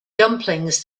dumplings